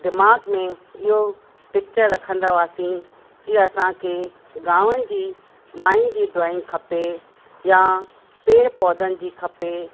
दिमाग़ में इहो पिच्चर रखंदा हुआसीं कि असांखे गांवनि जी मायुनि जी ड्रॉइंग खपे या पेड़ पौधनि जी खपे